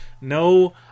No